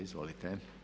Izvolite.